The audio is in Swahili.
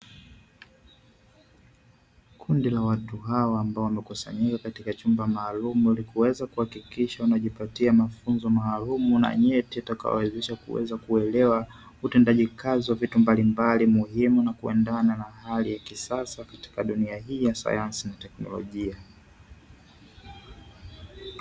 Kundi la watu hawa ambao wamekusanyika katika chumba maalumu, ili kuweza kuhakikisha wanajipatia mafunzo maalumu na nyeti; yatakayoweza kuwawezesha kuelewa utendaji kazi wa vitu mbalimbali muhimu na kuenda na hali ya kisasa katika dunia hii ya sayansi na teknolojia.